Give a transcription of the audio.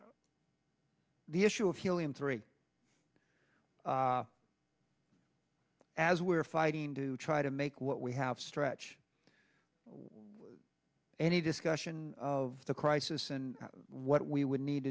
e the issue of helium three as we're fighting to try to make what we have stretch any discussion of the crisis and what we would need